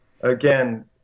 again